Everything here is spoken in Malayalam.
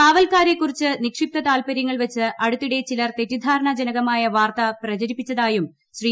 കാവൽക്കാരെ കുറിച്ച് നിക്ഷിപ്ത താല്പര്യങ്ങൾ വച്ച് അടുത്തിടെ ചിലർ തെറ്റിദ്ധാരണ ജനകമായ വാർത്ത പ്രചരിപ്പിച്ചതായും ശ്രീ